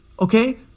Okay